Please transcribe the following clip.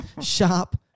sharp